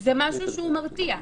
זה משהו מרתיע.